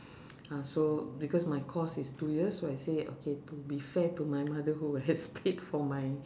ah so because my course is two years so I say okay to be fair to my mother who has paid for my